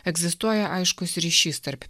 egzistuoja aiškus ryšys tarp